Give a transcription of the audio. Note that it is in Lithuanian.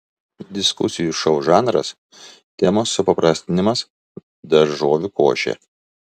diskusijų šou žanras temos supaprastinimas daržovių košė